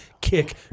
kick